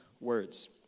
words